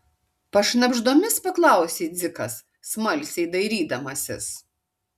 pašnabždomis paklausė dzikas smalsiai dairydamasis